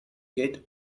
get